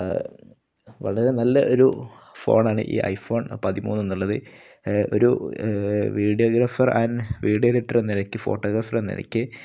വളരെ നല്ല ഒരു ഫോണാണ് ഈ ഐ ഫോൺ പതിമൂന്നെന്നുള്ളത് ഒരു വീഡിയോഗ്രാഫർ ആൻഡ് വീഡിയോ എഡിറ്ററെന്ന നിലയ്ക്ക് ഫോട്ടോഗ്രാഫറെന്ന നിലയ്ക്ക്